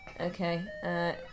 Okay